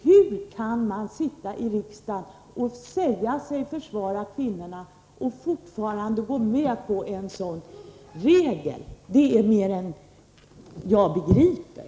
Hur kan man sitta i riksdagen och säga sig försvara kvinnorna och fortfarande gå med på en sådan regel? Det är mer än jag begriper.